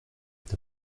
est